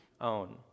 own